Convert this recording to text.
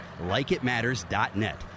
LikeItMatters.net